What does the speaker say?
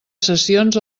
sessions